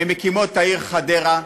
ממקימות העיר חדרה.